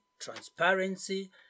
transparency